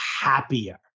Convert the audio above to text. happier